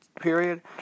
period